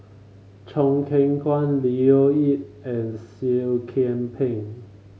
Choo Keng Kwang Leo Yip and Seah Kian Peng